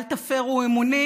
אל תפרו אמונים,